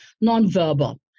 non-verbal